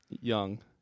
Young